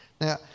Now